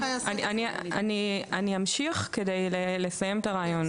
אני אמשיך כדי לסיים את הרעיון.